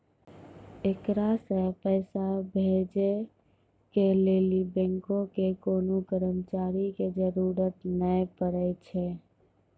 एकरा से पैसा भेजै के लेली बैंको के कोनो कर्मचारी के जरुरत नै पड़ै छै